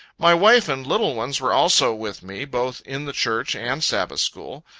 my wife and little ones were also with me, both in the church and sabbath school.